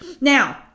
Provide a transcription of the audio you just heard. Now